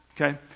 Okay